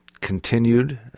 continued